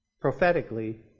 prophetically